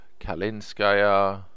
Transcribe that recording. Kalinskaya